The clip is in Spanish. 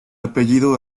apellido